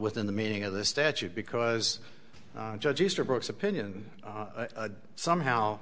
within the meaning of the statute because judge easterbrook opinion somehow